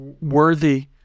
worthy